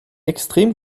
extrem